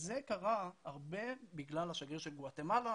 זה קרה הרבה בגלל השגריר של גואטמלה,